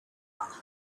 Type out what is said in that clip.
africa